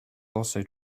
also